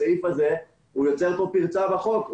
הסעיף הזה יוצר כאן פרצה בחוק.